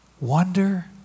wonder